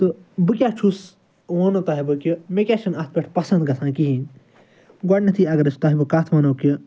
تہٕ بہٕ کیٚاہ چھُس وۄنۍ ونو تۄہہِ بہٕ کہِ مےٚ کیٚاہ چھُنہٕ اتھ پٮ۪ٹھ پسنٛد گژھان کہیٖنۍ گۄڈٕنٮ۪تھے اگر أسۍ تۄہہِ بہٕ کتھ ونو کہِ